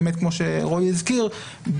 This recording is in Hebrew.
כמו שרועי הזכיר,